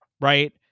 Right